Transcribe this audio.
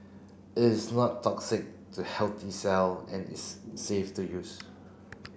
it is not toxic to healthy cell and is safe to use